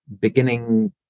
beginning